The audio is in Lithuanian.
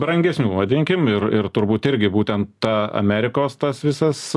brangesnių vadinkim ir ir turbūt irgi būtent ta amerikos tas visas